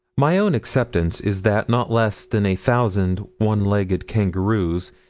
my own acceptance is that not less than a thousand one-legged kangaroos,